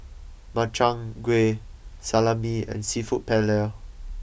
Makchang Gui Salami and Seafood Paella